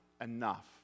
enough